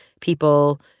people